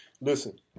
Listen